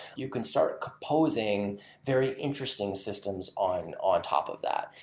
you can start composing very interesting systems on on top of that.